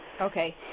Okay